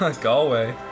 Galway